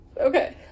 Okay